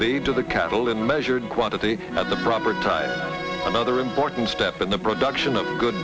feed to the cattle in measured quantity at the proper time another important step in the production of good